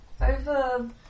over